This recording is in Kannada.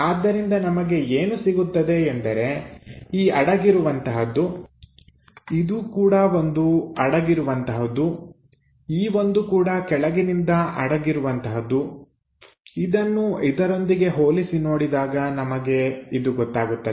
ಆದ್ದರಿಂದ ನಮಗೆ ಏನು ಸಿಗುತ್ತದೆ ಎಂದರೆ ಈ ಅಡಗಿರುವಂತಹುದು ಇದು ಕೂಡ ಒಂದು ಅಡಗಿರುವಂತಹುದು ಈ ಒಂದು ಕೂಡ ಕೆಳಗಿನಿಂದ ಅಡಗಿರುವಂತಹುದು ಇದನ್ನು ಇದರೊಂದಿಗೆ ಹೋಲಿಸಿ ನೋಡಿದಾಗ ನಮಗೆ ಇದು ಗೊತ್ತಾಗುತ್ತದೆ